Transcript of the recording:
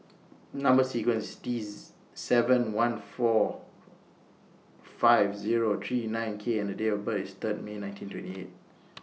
Number sequence IS T seven one four five Zero three nine K and The Date of birth IS Third May nineteen twenty eight